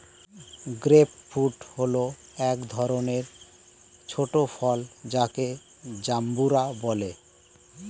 grape fruit হল এক ধরনের ছোট ফল যাকে জাম্বুরা বলে